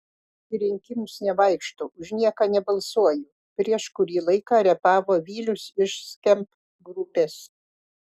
į rinkimus nevaikštau už nieką nebalsuoju prieš kurį laiką repavo vilius iš skamp grupės